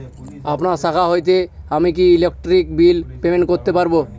আপনার শাখা হইতে আমি কি ইলেকট্রিক বিল পেমেন্ট করতে পারব?